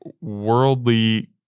worldly